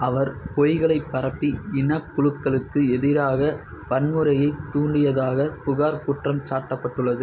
அவர் பொய்களைப் பரப்பி இனக்குழுக்களுக்கு எதிராக வன்முறையைத் தூண்டியதாக புகார் குற்றம் சாட்டப்பட்டுள்ளது